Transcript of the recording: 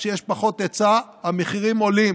כשיש פחות היצע, המחירים עולים.